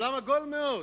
העולם עגול מאוד.